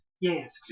Yes